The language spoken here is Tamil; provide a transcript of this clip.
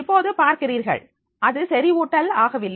இப்போது பார்க்கிறீர்கள் அது செறிவூட்டல் ஆகவில்லை